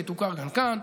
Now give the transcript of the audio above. שתוכר גם כאן.